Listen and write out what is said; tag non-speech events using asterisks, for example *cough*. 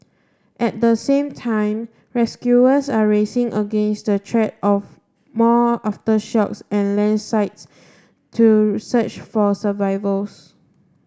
at the same time rescuers are racing against the *unintelligible* of more aftershocks and landslides to research for survivals